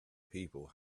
people